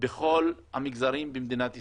בכל המגזרים במדינת ישראל.